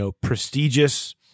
prestigious –